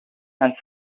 and